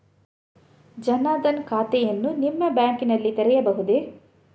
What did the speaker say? ಜನ ದನ್ ಖಾತೆಯನ್ನು ನಿಮ್ಮ ಬ್ಯಾಂಕ್ ನಲ್ಲಿ ತೆರೆಯಬಹುದೇ?